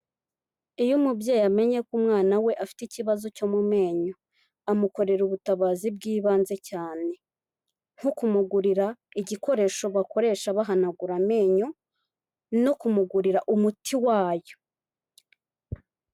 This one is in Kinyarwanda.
Iyo umubyeyi amenye ko umwana we afite ikibazo cyo mu menyo amukorera ubutabazi bwibanze cyane nko kumugurira igikoresho bakoresha bahanagura amenyo no kumugurira umuti wayo.